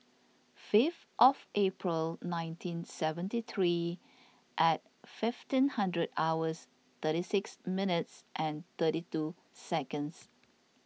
fifth April nineteen seventy three and fifteen hundred hours thirty six minutes and thirty two seconds